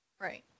Right